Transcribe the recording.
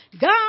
God